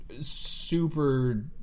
super